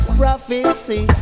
prophecy